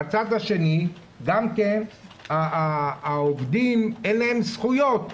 בצד שני גם כן לעובדים אין זכויות,